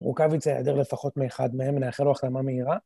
הוא גם יצא, יעדר יותר לפחות מאחד מהם, נאחל לו החלמה מהירה.